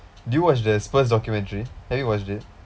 do you watch the his first documentary have you watched it